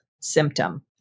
symptom